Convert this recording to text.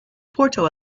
porto